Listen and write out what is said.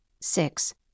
Six